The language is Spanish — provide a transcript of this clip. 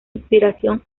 inspiración